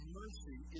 mercy